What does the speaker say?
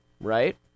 right